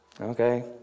Okay